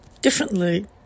differently